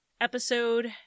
episode